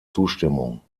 zustimmung